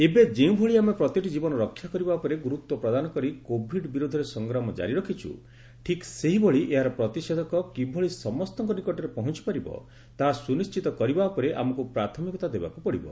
ଏବେ ଯେଉଁଭଳି ଆମେ ପ୍ରତିଟି ଜୀବନ ରକ୍ଷା କରିବା ଉପରେ ଗୁରୁତ୍ୱ ପ୍ରଦାନ କରି କୋଭିଡ୍ ବିରୋଧରେ ସଂଗ୍ରାମ ଜାରି ରଖିଛୁ ଠିକ୍ ସେହିଭଳି ଏହାର ପ୍ରତିଷେଧକ କିଭଳି ସମସ୍ତଙ୍କ ନିକଟରେ ପହଞ୍ଚ ପାରିବ ତାହା ସୁନିଣ୍ଟିତ କରିବା ଉପରେ ଆମକୁ ପ୍ରାଥମିକତା ଦେବାକୁ ପଡିବ